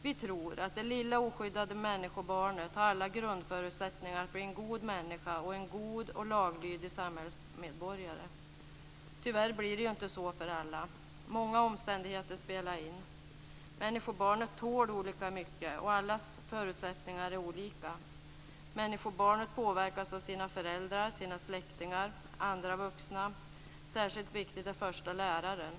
Vi tror att det lilla oskyddade människobarnet har alla grundförutsättningar att bli en god människa och en god och laglydig samhällsmedborgare. Tyvärr blir det inte så för alla. Många omständigheter spelar in. Människobarnet tål olika mycket, och allas förutsättningar är olika. Människobarnet påverkas av sina föräldrar, sina släktingar och andra vuxna. Särskilt viktig är första läraren.